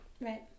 Right